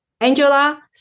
Angela